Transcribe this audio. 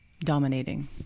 dominating